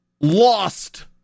lost